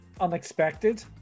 unexpected